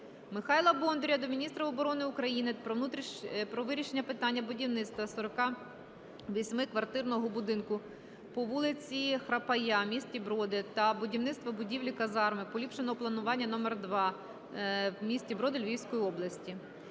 Михайла Бондаря до міністра оборони України про вирішення питання будівництва 48-ми квартирного будинку по вулиці Храпая в місті Броди та будівництва будівлі казарми поліпшеного планування № 2, в місті Броди Львівської області.